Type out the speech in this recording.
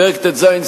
פרק ט"ז,